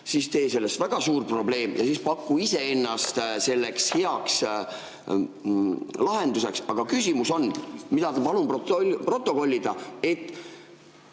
siis tee sellest väga suur probleem ja siis paku iseennast selleks heaks lahenduseks. Aga küsimus on, mida ma palun protokollida: